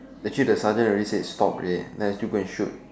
actually the sergeant already said stop already then I still go and shoot